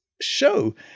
Show